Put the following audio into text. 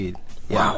Wow